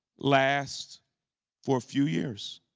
lasts for a few years,